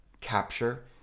capture